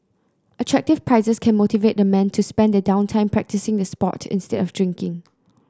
attractive prizes can motivate the men to spend their down time practising the sport instead of drinking